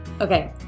Okay